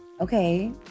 okay